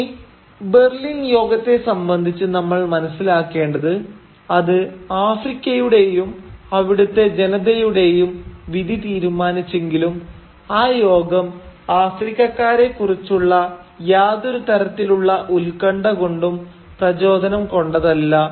ഇനി ബെർലിൻ യോഗത്തെ സംബന്ധിച്ച് നമ്മൾ മനസിലാക്കേണ്ടത് അത് ആഫ്രിക്കയുടെയും അവിടുത്തെ ജനതയുടെയും വിധി തീരുമാനിച്ചെങ്കിലും ആ യോഗം ആഫ്രിക്കക്കാരെക്കുറിച്ചുള്ള യാതൊരു തരത്തിലുള്ള ഉത്കണ്ഠ കൊണ്ടും പ്രചോദനം കൊണ്ടതല്ല